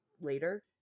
later